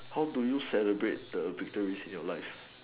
how do you celebrate the victories in your life